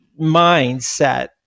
mindset